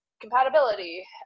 compatibility